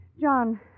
John